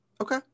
Okay